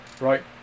Right